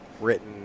written